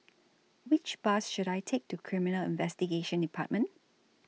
Which Bus should I Take to Criminal Investigation department